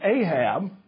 Ahab